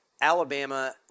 Alabama